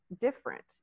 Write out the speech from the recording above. different